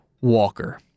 Walker